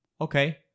okay